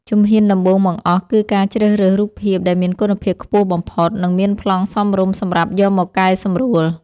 ជំហ៊ានដំបូងបង្អស់គឺការជ្រើសរើសរូបភាពដែលមានគុណភាពខ្ពស់បំផុត និងមានប្លង់សមរម្យសម្រាប់យកមកកែសម្រួល។